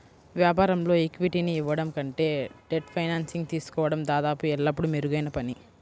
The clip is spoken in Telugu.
వ్యాపారంలో ఈక్విటీని ఇవ్వడం కంటే డెట్ ఫైనాన్సింగ్ తీసుకోవడం దాదాపు ఎల్లప్పుడూ మెరుగైన పని